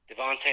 Devontae